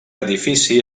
edifici